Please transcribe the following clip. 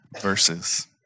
Verses